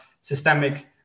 systemic